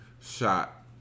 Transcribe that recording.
shot